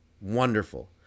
wonderful